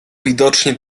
widocznie